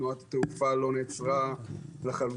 תנועת התעופה לא נעצרה לחלוטין,